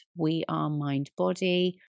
WeAreMindBody